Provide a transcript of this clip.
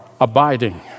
abiding